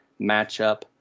matchup